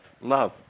love